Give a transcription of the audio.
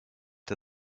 der